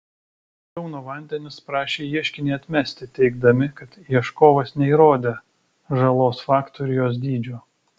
kauno vandenys prašė ieškinį atmesti teigdami kad ieškovas neįrodė žalos fakto ir jos dydžio